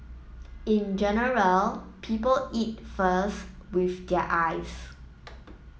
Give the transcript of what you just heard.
in general people eat first with their eyes